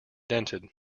dented